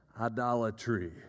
idolatry